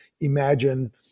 imagine